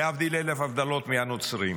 להבדיל אלף הבדלות מהנוצרים.